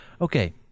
okay